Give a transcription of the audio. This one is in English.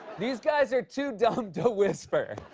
these guys are too dumb to whisper.